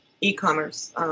e-commerce